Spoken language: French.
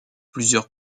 plusieurs